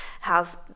how's